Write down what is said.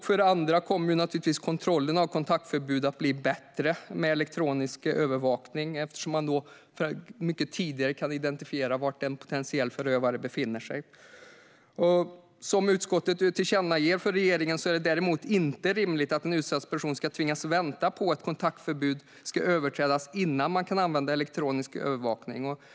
För det andra kommer kontrollen av kontaktförbud att bli bättre med elektronisk övervakning eftersom man då mycket tidigare kan identifiera var en potentiell förövare befinner sig. Elektronisk övervakning av kontaktförbud Som utskottet tillkännager för regeringen är det däremot inte rimligt att en utsatt person ska tvingas vänta på att ett kontaktförbud ska överträdas innan man kan använda elektronisk övervakning.